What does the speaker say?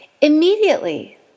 Immediately